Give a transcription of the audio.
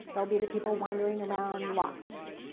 they'll be the people wandering around lost.